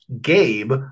gabe